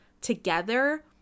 together